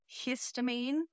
histamine